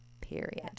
Period